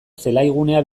zelaigunea